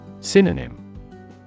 Synonym